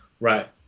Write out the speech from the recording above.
right